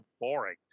boring